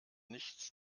nichts